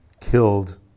killed